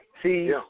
See